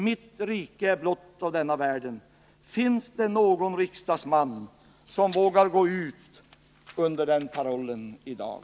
Mitt rike är blott av denna världen — finns det några riksdagsmän som vågar gå ut under den parollen i dag?